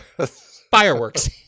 Fireworks